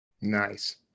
Nice